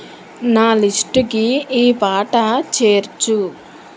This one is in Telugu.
నా లిస్టుకి ఈ పాట చేర్చు